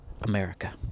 America